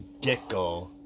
get-go